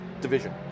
division